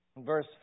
Verse